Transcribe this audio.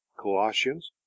colossians